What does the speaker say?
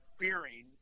fearing